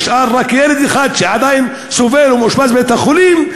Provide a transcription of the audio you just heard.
נשאר רק ילד אחד שעדיין סובל ומאושפז בבית-החולים,